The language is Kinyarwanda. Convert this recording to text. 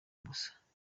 gusa